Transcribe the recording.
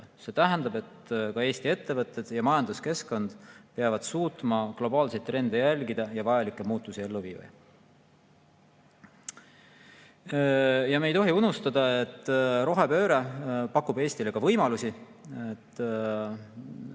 See tähendab, et ka Eesti ettevõtted ja majanduskeskkond peavad suutma globaalseid trende jälgida ja vajalikke muutusi ellu viia.Me ei tohi unustada, et rohepööre pakub Eestile ka võimalusi.